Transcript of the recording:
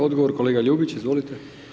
Odgovor kolega Ljubić, izvolite.